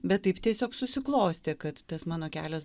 bet taip tiesiog susiklostė kad tas mano kelias